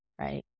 right